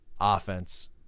offense